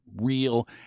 real